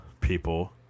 people